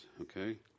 Okay